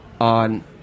on